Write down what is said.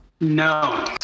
No